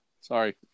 Sorry